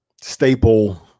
staple